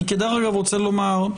אני כדרך אגב רוצה לומר,